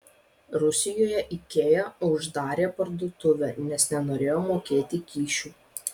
rusijoje ikea uždarė parduotuvę nes nenorėjo mokėti kyšių